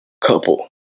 couple